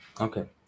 Okay